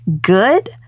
good